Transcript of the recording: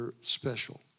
special